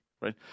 right